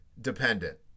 Dependent